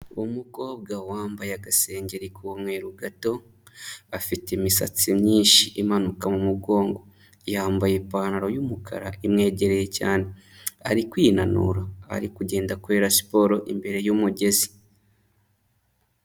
Umukobwa wambaye agasengengeri k'umweru gato afite imisatsi myinshi imanuka mu mugongo, yambaye ipantaro y'umukara imwegereye cyane, ari kwinanura ari kugenda akorera siporo imbere y'umugezi.